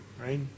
right